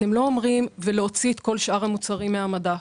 אתם לא אומרים: "ולהוציא את כל שאר המוצרים מהמדף".